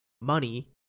money